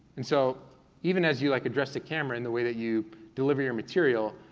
and so even as you like address the camera, and the way that you deliver your material,